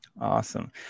Awesome